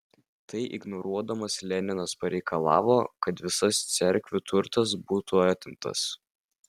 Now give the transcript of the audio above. tai ignoruodamas leninas pareikalavo kad visas cerkvių turtas būtų atimtas